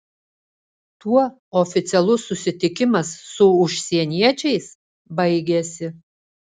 tuo oficialus susitikimas su užsieniečiais baigėsi